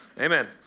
amen